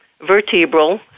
vertebral